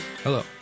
Hello